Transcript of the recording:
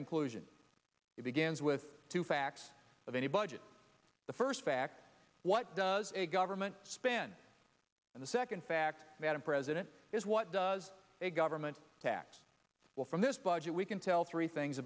conclusion it begins with two facts of any budget the first fact what does a government spend and the second fact that a president is what does a government tax bill from this budget we can tell three things